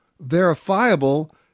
verifiable